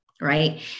Right